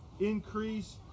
increase